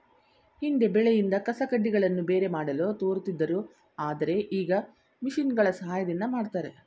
ಹಿಂದೆ ಬೆಳೆಯಿಂದ ಕಸಕಡ್ಡಿಗಳನ್ನು ಬೇರೆ ಮಾಡಲು ತೋರುತ್ತಿದ್ದರು ಆದರೆ ಈಗ ಮಿಷಿನ್ಗಳ ಸಹಾಯದಿಂದ ಮಾಡ್ತರೆ